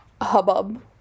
hubbub